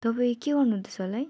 तपाईँ के गर्नु हुँदैछ होला है